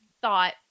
thought